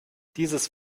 dieses